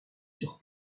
sur